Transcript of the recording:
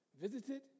visited